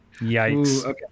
Yikes